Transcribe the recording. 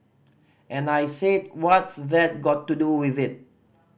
and I said what's that got to do with it